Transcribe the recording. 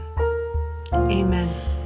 amen